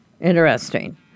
interesting